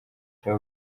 cya